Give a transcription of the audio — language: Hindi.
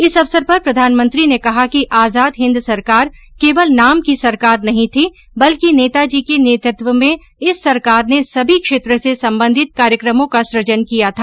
इस अवसर पर प्रधानमंत्री ने कहा कि आजाद हिंद सरकार केवल नाम की सरकार नहीं थी बल्कि नेताजी के नेतृत्व में इस सरकार ने सभी क्षेत्र से संबंधित कार्यक्रमों का सुजन किया था